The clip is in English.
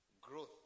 growth